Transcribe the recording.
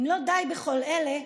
אם לא די בכל אלה,